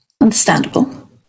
Understandable